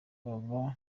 baba